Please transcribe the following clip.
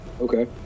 Okay